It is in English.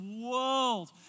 world